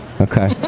Okay